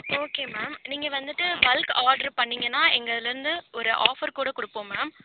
okay ma'am நீங்கள் வந்துவிட்டு bulk order பண்ணிங்கன்னா எங்கள் இதுலேர்ந்து ஒரு ஆஃபர் கூட கொடுப்போம் மேம்